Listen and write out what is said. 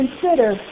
consider